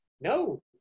No